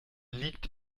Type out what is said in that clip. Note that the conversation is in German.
liegt